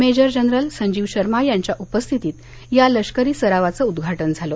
major general Sanjeev Sharma यांच्या उपस्थितीत या लष्करी सरावाघं उद्घाटन झालं